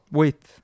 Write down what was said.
wait